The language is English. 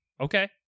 okay